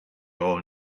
all